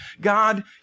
God